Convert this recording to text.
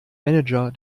manager